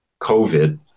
COVID